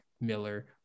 Miller